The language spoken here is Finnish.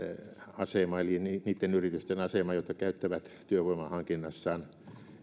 asema eli niitten yritysten asema jotka käyttävät työvoimanhankinnassaan